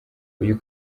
uyu